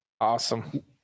Awesome